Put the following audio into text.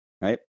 right